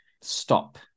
stop